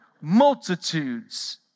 Multitudes